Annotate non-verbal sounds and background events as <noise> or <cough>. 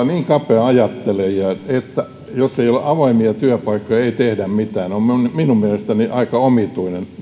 <unintelligible> niin kapeaa ajattelua että jos ei ole avoimia työpaikkoja niin ei tehdä mitään on minun minun mielestäni aika omituinen